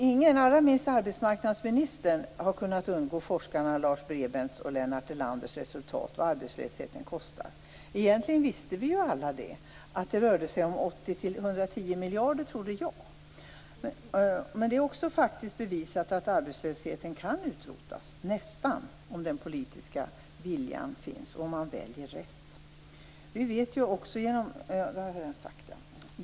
Ingen, allra minst arbetsmarknadsministern, har kunnat undgå forskarna Lars Behrenz och Lennart Delanders resultat när det gäller vad arbetslösheten kostar. Egentligen visste vi ju alla vad det rörde sig om. Jag trodde att det rörde sig om 80-110 miljarder. Det är också faktiskt bevisat att arbetslösheten kan utrotas - nästan - om den politiska viljan finns och om man väljer rätt.